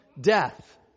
death